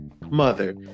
mother